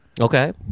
Okay